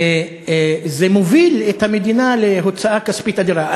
וזה מוביל את המדינה להוצאה כספית אדירה.